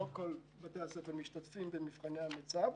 לא כל בתי הספר משתתפים במבחני המיצ"ב.